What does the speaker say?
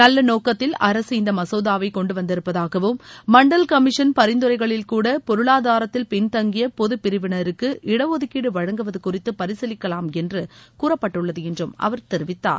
நல்ல நோக்கத்தில் அரசு இந்த மசோதாவை கொண்டுவந்திருப்பதாகவும் மண்டல் கமிஷன் பரிந்துரைகளில்கூட பொருளாதாரத்தில் பின்தங்கிய பொதுப் பிரிவினருக்கு இடஒதுக்கீடு வழங்குவது குறித்து பரிசீலிக்கலாம் என்று கூறப்பட்டுள்ளது என்றும் அவர் தெரிவித்தார்